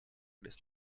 this